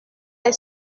est